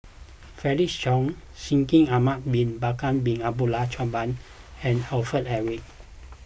Felix Cheong Shaikh Ahmad Bin Bakar Bin Abdullah Jabbar and Alfred Eric